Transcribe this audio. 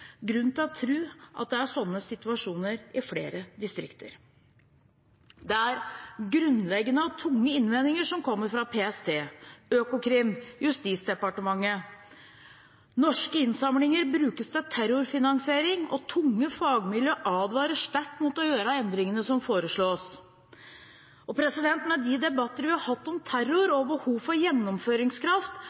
grunn til å tro at det er sånne situasjoner i flere distrikter. Det er grunnleggende og tunge innvendinger som kommer fra PST, Økokrim og Justisdepartementet. Norske innsamlinger brukes til terrorfinansiering, og tunge fagmiljøer advarer sterkt mot å gjøre endringene som foreslås. Med de debatter vi har hatt om terror og behov for gjennomføringskraft,